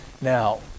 Now